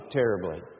terribly